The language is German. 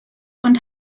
und